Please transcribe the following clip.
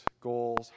goals